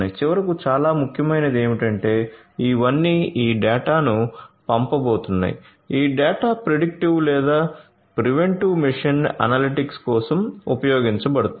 చివరకు చాలా ముఖ్యమైనది ఏమిటంటే ఇవన్నీ ఈ డేటాను పంపబోతున్నాయి ఈ డేటా ప్రిడిక్టివ్ లేదా ప్రివెంటివ్ మెషిన్ అనలిటిక్స్ కోసం ఉపయోగించబడుతుంది